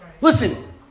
Listen